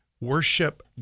worship